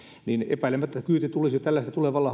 epäilemättä kyyti tulisi tällaista tulevalla hallituskaudella